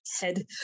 head